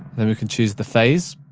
then we can choose the phase,